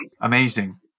Amazing